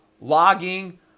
logging